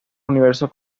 universo